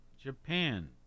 Japan